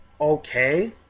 okay